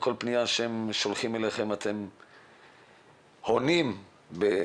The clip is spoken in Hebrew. לכל פנייה שהם שולחים לך אתה עונה בצורה